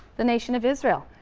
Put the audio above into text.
the nation of israel.